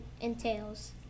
entails